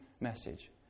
message